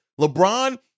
LeBron